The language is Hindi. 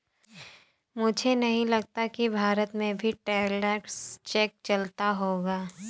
मुझे नहीं लगता कि भारत में भी ट्रैवलर्स चेक चलता होगा